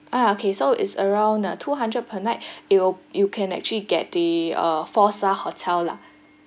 ah okay so it's around two hundred per night it'll you can actually get the a four star hotel lah